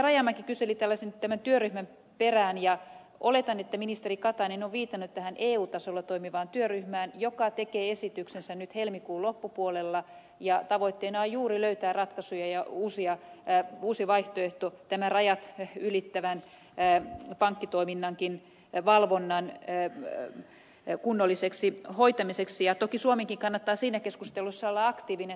rajamäki kyseli tämän työryhmän perään ja oletan että ministeri katainen on viitannut tähän eu tasolla toimivaan työryhmään joka tekee esityksensä helmikuun loppupuolella ja tavoitteena on juuri löytää ratkaisuja ja uusia vaihtoehtoja tämän rajat ylittävän pankkitoiminnankin valvonnan kunnolliseksi hoitamiseksi ja toki suomenkin kannattaa siinä keskustelussa olla aktiivinen